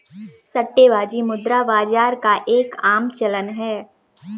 सट्टेबाजी मुद्रा बाजार का एक आम चलन है